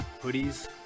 hoodies